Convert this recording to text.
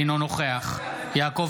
אינו נוכח יעקב